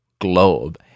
globe